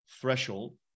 threshold